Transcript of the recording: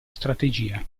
strategia